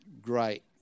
great